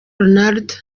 ronaldo